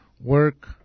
Work